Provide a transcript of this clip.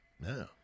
no